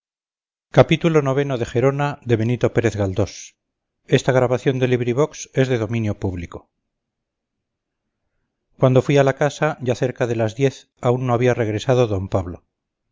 cuando fui a la casa ya cerca de las diez aún no había regresado d pablo